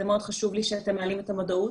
זה מאוד חשוב לי שאתם מעלים את המודעות.